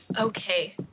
Okay